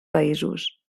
països